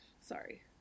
Sorry